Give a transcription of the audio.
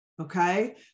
Okay